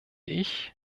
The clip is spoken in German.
ich